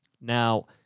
Now